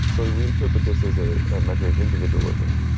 so we we interpret this as a measure of individualism.